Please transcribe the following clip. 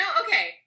okay